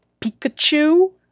Pikachu